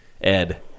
ed